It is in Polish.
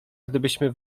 gdybyśmy